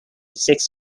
six